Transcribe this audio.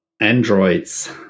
androids